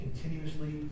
continuously